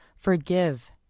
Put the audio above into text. Forgive